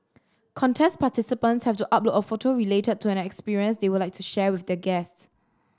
contest participants have to upload a photo related to an experience they would like to share with their guest